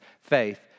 faith